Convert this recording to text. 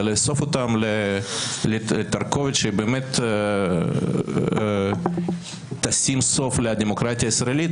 ולאסוף אותם לתרכובת שתשים סוף לדמוקרטיה הישראלית,